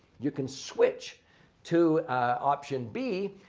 you can switch to option b.